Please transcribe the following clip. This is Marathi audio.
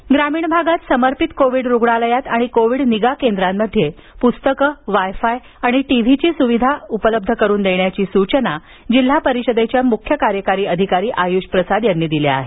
रूग्णालय ग्रामीण भागात समर्पित कोविड रुग्णालयात आणि कोविड निगा केंद्रांमध्ये पुस्तकं वायफाय आणि टीव्हीची सुविधा देण्याच्या सूचना जिल्हा परिषदेच्या मुख्य कार्यकारी अधिकारी आयुष प्रसाद यांनी दिल्या आहेत